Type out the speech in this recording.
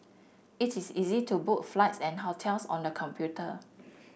it is easy to book flights and hotels on the computer